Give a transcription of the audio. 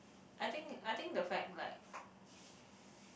I think I think the fact like